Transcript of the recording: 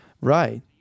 Right